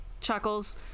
chuckles